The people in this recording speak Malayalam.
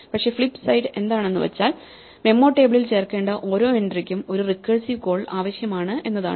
പക്ഷേ ഫ്ലിപ്പ് സൈഡ് എന്താണെന്നു വച്ചാൽ മെമ്മോ ടേബിളിൽ ചേർക്കേണ്ട ഓരോ എൻട്രിക്കും ഒരു റിക്കേഴ്സീവ് കോൾ ആവശ്യമാണ് എന്നതാണ്